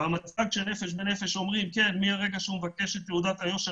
המצג ש"נפש בנפש" אומרים שמהרגע שהוא מבקש את תעודת היושר,